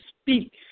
speak